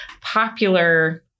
popular